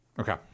Okay